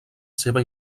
seva